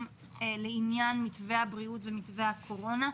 לעניין מתווה הבריאות ומתווה הקורונה.